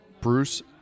Bruce